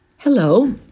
Hello